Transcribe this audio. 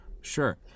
sure